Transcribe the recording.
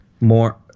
more